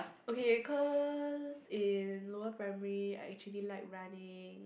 okay cause in lower primary I actually like running